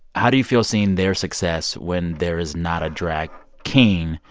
how do you feel seeing their success when there is not a drag king.